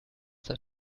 seit